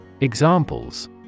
Examples